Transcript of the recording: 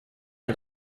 and